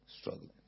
struggling